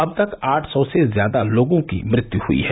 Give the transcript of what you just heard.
अब तक आठ सौ से ज्यादा लोगों की मृत्यु हुई है